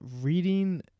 reading